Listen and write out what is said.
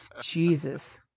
Jesus